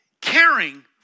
caring